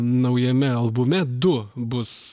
naujame albume du bus